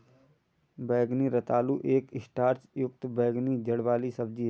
बैंगनी रतालू एक स्टार्च युक्त बैंगनी जड़ वाली सब्जी है